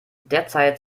derzeit